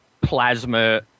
plasma